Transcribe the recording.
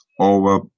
over